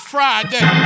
Friday